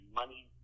money